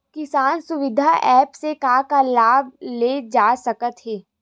किसान सुविधा एप्प से का का लाभ ले जा सकत हे?